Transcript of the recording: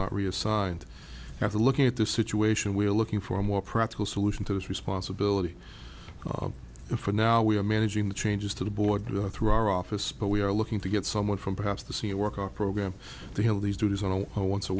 not reassigned after looking at the situation we're looking for a more practical solution to this responsibility for now we are managing the changes to the board really through our office but we are looking to get someone from perhaps the see a workout program to have these duties on a once a